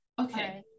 Okay